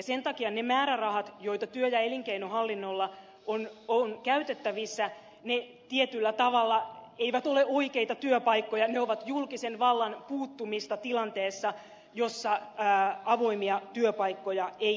sen takia ne määrärahat joita työ ja elinkeinohallinnolla on käytettävissä tietyllä tavalla eivät ole oikeita työpaikkoja ne ovat julkisen vallan puuttumista tilanteessa jossa avoimia työpaikkoja ei synny